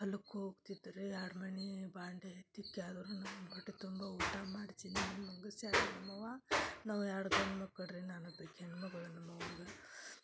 ಅಲ್ಲಿ ಕೂಗ್ತಿದ್ದರಿ ಎರಡು ಮನೆ ಬಾಂಡಿ ತಿಕ್ಕಿಯಾದರೂನು ನಮಗೆ ಹೊಟ್ಟೆ ತುಂಬ ಊಟ ಮಾಡ್ಸೀನಿ ಹೆಂಗಸ್ಯಾರು ನಮ್ಮವ್ವ ನಾವು ಎರಡು ಗಂಡು ಮಕ್ಕಳು ರೀ ನಾನು ಒಬ್ಬಾಕಿ ಹೆಣ್ಣು ಮಗಳು ನಮ್ಮ ಅವ್ವಂಗ